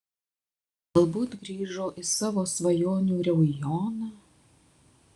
galbūt grįžo į savo svajonių reunjoną